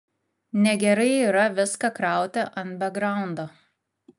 negerai yra viską krauti ant bekgraundo